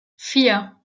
vier